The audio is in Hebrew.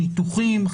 ניתוחים,